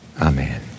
Amen